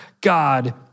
God